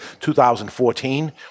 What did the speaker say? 2014